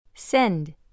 Send